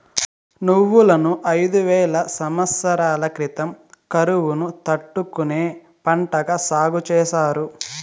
నువ్వులను ఐదు వేల సమత్సరాల క్రితం కరువును తట్టుకునే పంటగా సాగు చేసారు